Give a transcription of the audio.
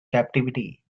captivity